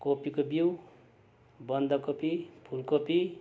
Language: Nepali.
कोपीको बिउ बन्दकोपी फुलकोपी